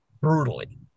brutally